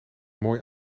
mooi